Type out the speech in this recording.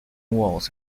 walls